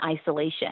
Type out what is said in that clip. isolation